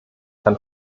kann